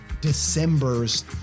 December's